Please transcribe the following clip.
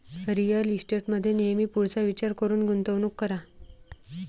real इस्टेटमध्ये नेहमी पुढचा विचार करून गुंतवणूक करा